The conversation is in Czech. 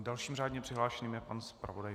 Dalším řádně přihlášeným je pan zpravodaj.